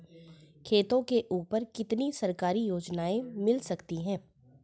खेतों के ऊपर कितनी सरकारी योजनाएं मिल सकती हैं?